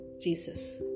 Jesus